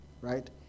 Right